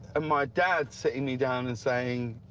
and my dad sat me down and saying,